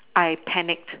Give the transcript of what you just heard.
I panic